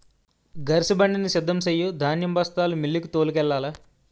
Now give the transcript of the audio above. గరిసెబండిని సిద్ధం సెయ్యు ధాన్యం బస్తాలు మిల్లుకు తోలుకెల్లాల